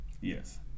Yes